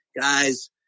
guys